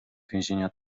więzienia